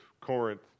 Corinth